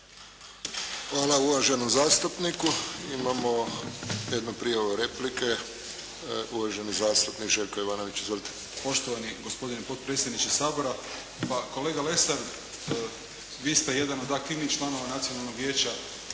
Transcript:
Hvala uvaženom zastupniku. Imamo jednu prijavu replike, uvaženi zastupnik Željko Jovanović. Izvolite. **Jovanović, Željko (SDP)** Poštovani gospodine potpredsjedniče Sabora. Pa kolega Lesar vi ste jedan od aktivnijih članova Nacionalnog vijeća